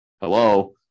Hello